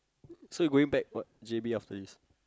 so you going back what J_B after this